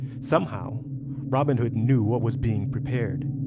somehow robin hood knew what was being prepared,